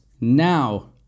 now